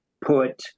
put